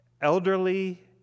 elderly